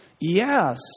yes